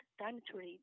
diameter